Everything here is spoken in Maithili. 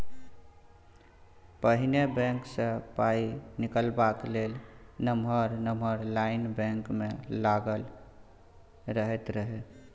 पहिने बैंक सँ पाइ निकालबाक लेल नमहर नमहर लाइन बैंक मे लागल रहैत रहय